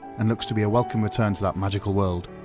and looks to be a welcome return to that magical world.